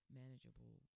manageable